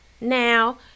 Now